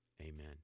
amen